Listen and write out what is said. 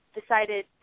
decided